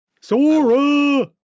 sora